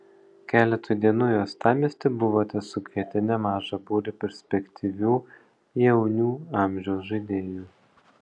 keletui dienų į uostamiestį buvote sukvietę nemaža būrį perspektyvių jaunių amžiaus žaidėjų